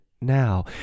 now